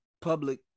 public